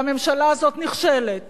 והממשלה הזאת נכשלת